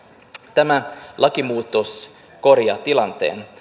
tämä lakimuutos korjaa tilanteen